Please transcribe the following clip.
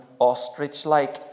ostrich-like